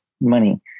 money